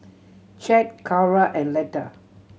Chet Cara and Letta